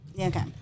Okay